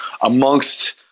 Amongst